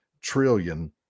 trillion